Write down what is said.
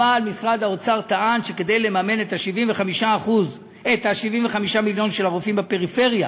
אבל משרד האוצר טען שכדי לממן את ה-75 מיליון של הרופאים בפריפריה